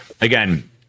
Again